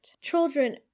Children